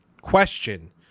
question